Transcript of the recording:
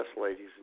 ladies